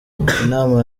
inama